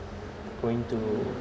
going to